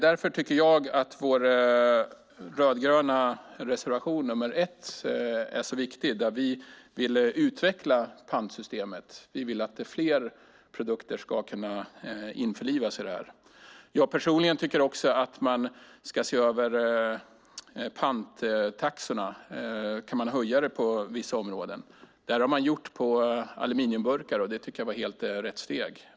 Därför tycker jag att reservation 1 från de rödgröna partierna är så viktig. Där skriver vi att vi vill utveckla pantsystemet och vill att fler produkter ska kunna införlivas i detta system. Jag personligen tycker att man också ska se över panttaxorna och att man kan höja dem på vissa områden. Det har man gjort på aluminiumburkar, vilket var helt rätt steg.